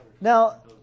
Now